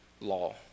law